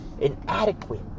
inadequate